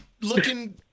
looking